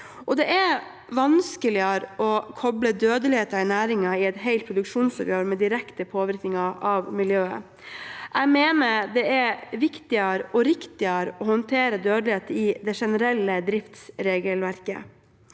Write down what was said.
Det er vanskeligere å koble dødeligheten i næringen i et helt produksjonsmiljø med direkte påvirkning på miljøet. Jeg mener det er viktigere og riktigere å håndtere dødelighet i det generelle driftsregelverket.